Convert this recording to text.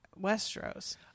Westeros